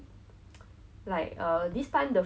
I remember I I really